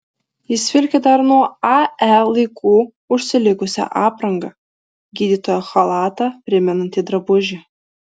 jis vilki dar nuo ae laikų užsilikusią aprangą gydytojo chalatą primenantį drabužį